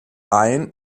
ein